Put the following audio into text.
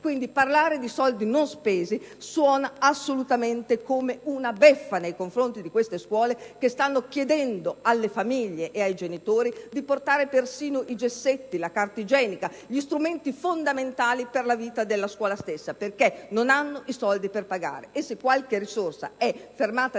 Quindi, parlare di soldi non spesi suona assolutamente come una beffa nei confronti di dette scuole che stanno chiedendo alle famiglie di portare da casa persino i gessetti o la carta igienica, ossia gli strumenti fondamentali per la vita della scuola stessa, perché non hanno i soldi per pagare.